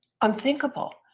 unthinkable